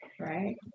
Right